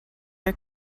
are